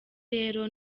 rero